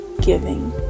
giving